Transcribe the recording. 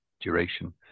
duration